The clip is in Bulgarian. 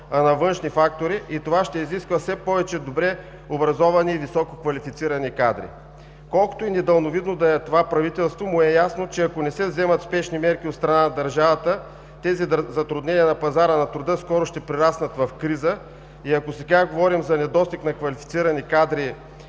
а на външни фактори, и това ще изисква все повече добре образовани и висококвалифицирани кадри. Колкото и недалновидно да е това правителство, му е ясно, че ако не се вземат спешни мерки от страна на държавата, тези затруднения на пазара на труда скоро ще прераснат в криза и ако сега говорим за недостиг на квалифицирани кадри